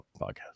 podcast